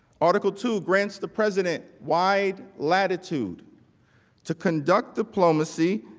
article to grant the president wide latitude to conduct diplomacy,